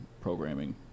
programming